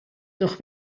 doch